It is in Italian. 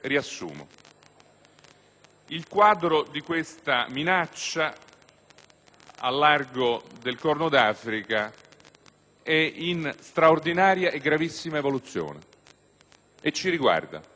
Il quadro di questa minaccia al largo del Corno d'Africa è in straordinaria e gravissima evoluzione e ci riguarda.